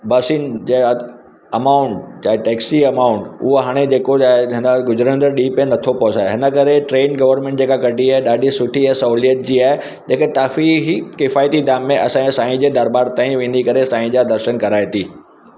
बसिनि जा अमाउंट या taxi amount उहो हाणे जेको जाइ जेंदा गुजरंदड़ ॾींहुं पे नथो पहुचाए हिन करे ट्रेन गवरमेंट जेका कढी आहे ॾाढी सुठी ऐं सहूलियत जी आहे जेके ताफ़ीअ ई किफ़ायती दाम में असांजो साईं जे दरबार ताईं वेंदी करे साईं जा दर्शन कराए थी